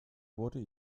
wurde